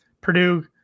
Purdue